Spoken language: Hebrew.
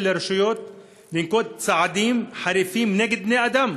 לרשויות לנקוט צעדים חריפים נגד בני-אדם